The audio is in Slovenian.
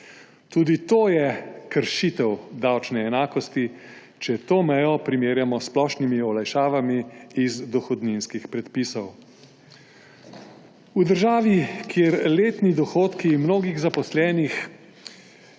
Tudi to je kršitev davčne enakosti, če to mejo primerjamo s splošnimi olajšavami iz dohodninskih predpisov. V državi, kjer letni dohodki mnogo zaposlenih